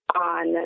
on